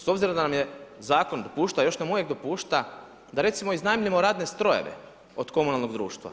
S obzirom da nam zakon dopušta, još nam uvijek dopušta, da recimo, iznajmimo radne strojeve od komunalnog društva.